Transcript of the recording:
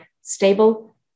stable